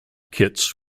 kits